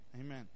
Amen